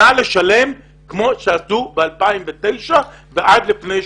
נא לשלם כמו שעשו ב-2009 ועד לפני שנה.